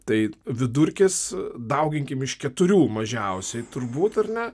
tai vidurkis dauginkim iš keturių mažiausiai turbūt ar ne